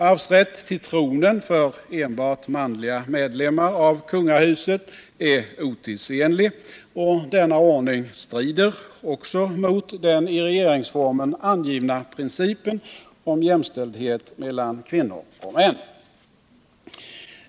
Arvsrätt till tronen för enbart manliga medlemmar av kungahuset är otidsenlig, och denna ordning strider också mot den i regeringsformen angivna principen om jämställdhet mellan kvinnor och män.